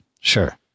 sure